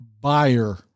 buyer